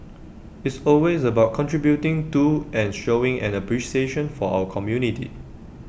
it's always about contributing to and showing an appreciation for our community